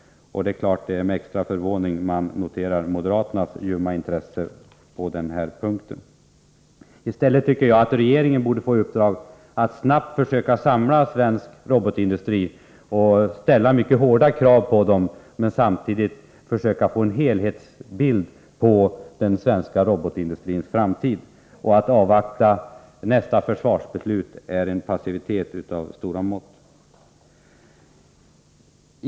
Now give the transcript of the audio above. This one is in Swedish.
Det är klart att det är med extra förvåning som jag noterar moderaternas ljumma intresse på denna punkt. Jag tycker att regeringen borde få i uppdrag att så snart som möjligt samla svensk robotindustri och ställa mycket hårda krav på den, men samtidigt försöka få en helhetsbild av den svenska robotindustrins framtid. Att avvakta nästa försvarsbeslut är en passivitet av stora mått.